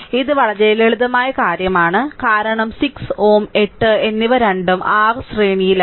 ഇത് വളരെ ലളിതമായ കാര്യമാണ് കാരണം 6 Ω 8 എന്നിവ രണ്ടും r ശ്രേണിയിലാണ്